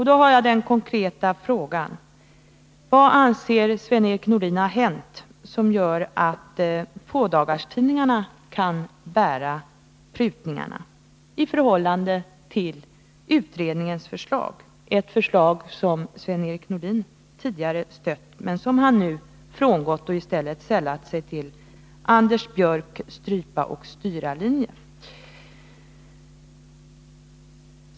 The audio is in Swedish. Då har jag den konkreta frågan: Vad anser Sven-Erik Nordin ha hänt som gör att fådagarstidningarna kan bära prutningar i förhållande till utredningens förslag? Det är ju ett förslag som Sven-Erik Nordin tidigare stött men som han nu frångått för att i stället sälla sig till Anders Björcks strypa och styra-linje.